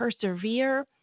persevere